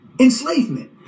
enslavement